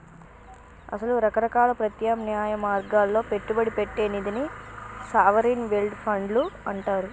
అసలు రకరకాల ప్రత్యామ్నాయ మార్గాల్లో పెట్టుబడి పెట్టే నిధిని సావరిన్ వెల్డ్ ఫండ్లు అంటారు